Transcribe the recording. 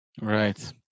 Right